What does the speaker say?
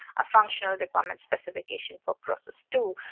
a functional requirement specification for process two.